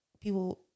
people